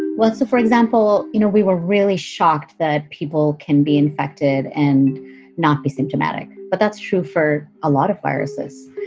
let's say, for example, you know we were really shocked that people can be infected and not be symptomatic, but that's true for a lot of viruses.